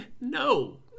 no